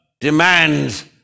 demands